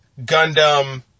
Gundam